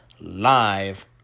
live